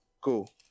cool